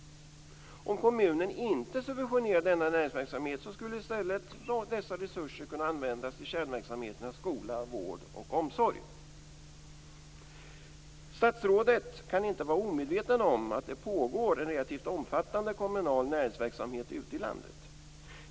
Om kommunen inte subventionerade denna näringsverksamhet skulle i stället dessa resurser kunna användas till kärnverksamheterna skola, vård och omsorg. Statsrådet kan inte vara omedveten om att det pågår en relativt omfattande kommunal näringsverksamhet ute i landet.